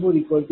004 p